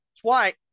twice